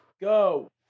Go